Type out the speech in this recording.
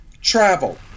Travel